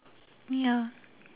ya